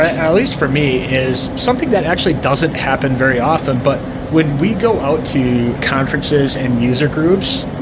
ah at least for me, is something that actually doesn't happen very often, but when we go out to conferences and user groups,